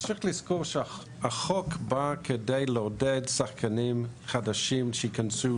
החוק בא כדי לעודד שחקנים חדשים שייכנסו